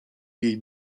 jej